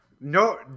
No